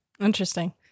Interesting